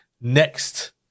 next